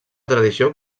tradició